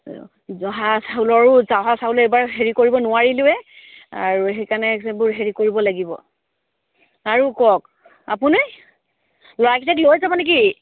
জহা চাউলৰো জহা চাউল এইবাৰ হেৰি কৰিব নোৱাৰিলোৱে আৰু সেইকাৰণে এইবোৰ হেৰি কৰিব লাগিব আৰু কওক আপুনি ল'ৰাকেইটাক লৈ যাবনে কি